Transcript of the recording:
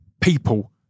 people